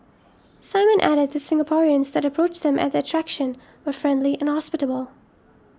Simon added that Singaporeans that approached them at the attraction were friendly and hospitable